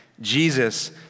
Jesus